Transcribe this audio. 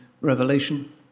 Revelation